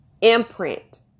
imprint